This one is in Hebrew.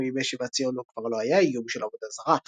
אך מימי שיבת ציון כבר לא היה איום של עבודה זרה.